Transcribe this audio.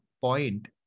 point